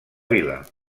vila